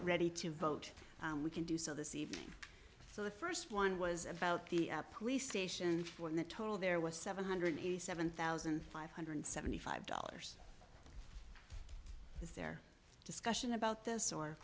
ready to vote and we can do so this evening so the st one was about the police station for the total there was seven hundred and eighty seven thousand five hundred and seventy five dollars is there a discussion about this or